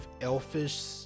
elfish